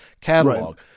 catalog